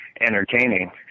entertaining